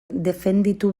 defenditu